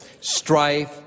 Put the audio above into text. strife